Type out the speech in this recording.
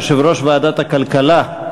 יושב-ראש ועדת הכלכלה,